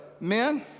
men